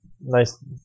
nice